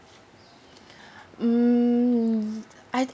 mm I